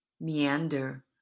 meander